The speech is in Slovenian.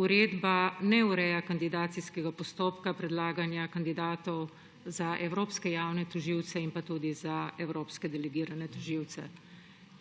Uredba ne ureja kandidacijskega postopka predlaganja kandidatov za evropske javne tožilce in tudi za evropske delegirane tožilce.